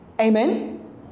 Amen